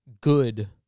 good